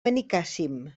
benicàssim